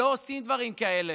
לא עושים דברים כאלה.